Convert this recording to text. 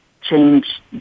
change